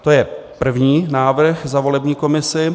To je první návrh za volební komisi.